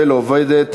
שזה חייב לחזור לוועדה,